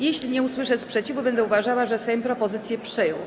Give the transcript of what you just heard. Jeśli nie usłyszę sprzeciwu, będę uważała, że Sejm propozycję przyjął.